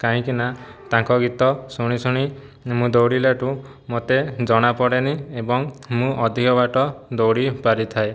କାହିଁକି ନା ତାଙ୍କ ଗୀତ ଶୁଣି ଶୁଣି ମୁଁ ଦୌଡ଼ିଲା ଠୁଁ ମୋତେ ଜଣାପଡ଼େନି ଏବଂ ମୁଁ ଅଧିକ ବାଟ ଦୌଡ଼ି ପାରିଥାଏ